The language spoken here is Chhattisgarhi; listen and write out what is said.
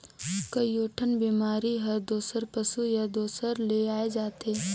कयोठन बेमारी हर दूसर पसु या दूसर ले आये जाथे